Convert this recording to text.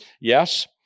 Yes